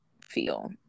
feel